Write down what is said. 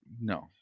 No